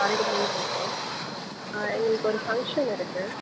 காரைக்குடிலேருந்து பேசுகிறோம் ஆ எங்களுக்கு ஒரு ஃபங்ஷன் இருக்கு